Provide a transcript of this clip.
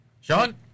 Sean